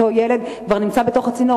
אותו ילד כבר נמצא בתוך הצינור,